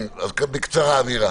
בקצרה, מירה.